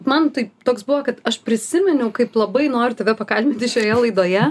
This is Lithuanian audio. man tai toks buvo kad aš prisiminiau kaip labai noriu tave pakalbinti šioje laidoje